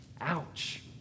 Ouch